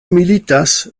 militas